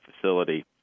facility